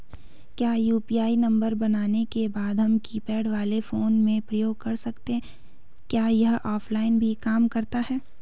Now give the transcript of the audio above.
क्या UPI number बनाने के बाद हम कीपैड वाले फोन में प्रयोग कर सकते हैं क्या यह ऑफ़लाइन भी काम करता है?